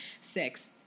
Six